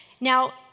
Now